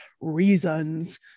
reasons